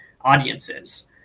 audiences